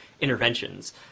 interventions